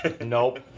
nope